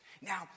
Now